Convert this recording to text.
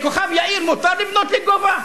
בכוכב-יאיר מותר לבנות לגובה?